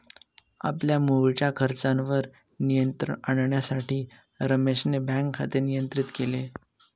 आपल्या मुळच्या खर्चावर नियंत्रण आणण्यासाठी रमेशने बँक खाते नियंत्रित केले